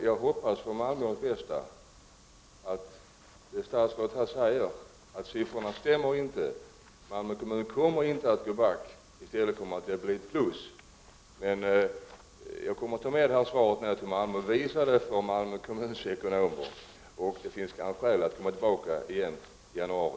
Jag hoppas för Malmös bästa att statsrådet har rätt när han säger att siffrorna inte stämmer och att Malmö kommun inte kommer att gå back, utan att det i stället blir ett plus. Jag kommer att ta med detta svar till Malmö och visa det för Malmö kommuns ekonomer. Det finns kanske skäl att komma tillbaka igen i januari.